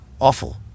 awful